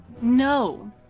No